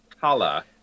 color